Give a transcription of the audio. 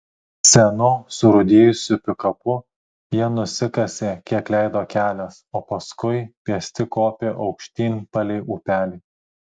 senu surūdijusiu pikapu jie nusikasė kiek leido kelias o paskui pėsti kopė aukštyn palei upelį